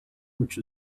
which